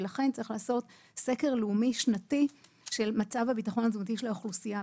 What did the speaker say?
ולכן צריך לעשות סקר לאומי שנתי של מצב הביטחון התזונתי של האוכלוסייה,